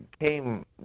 came